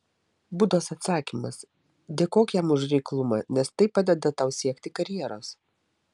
budos atsakymas dėkok jam už reiklumą nes tai padeda tau siekti karjeros